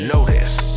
Notice